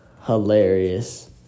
hilarious